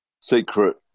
secret